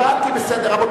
הבנתי, בסדר.